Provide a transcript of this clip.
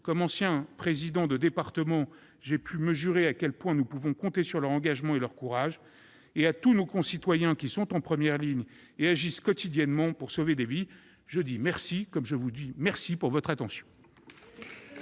Comme ancien président de département, j'ai pu mesurer à quel point nous pouvons compter sur leur engagement et leur courage. À tous nos concitoyens qui sont en première ligne et agissent quotidiennement pour sauver des vies, je dis « merci !», comme je vous dis « merci de votre attention